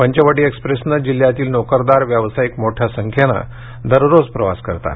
पंचवटी एक्स्प्रेसने जिल्ह्यातील नोकरदार व्यावसायिक मोठ्या संख्येने दररोज प्रवास करतात